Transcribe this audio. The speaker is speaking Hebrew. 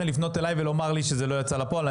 לפנות אליי ולומר לי שזה לא יצא לפועל.